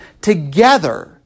together